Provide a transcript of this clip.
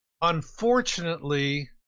unfortunately